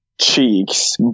cheeks